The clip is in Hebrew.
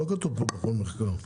לא כתוב פה מכון מחקר.